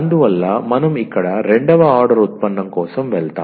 అందువల్ల మనం ఇక్కడ రెండవ ఆర్డర్ ఉత్పన్నం కోసం వెళ్తాము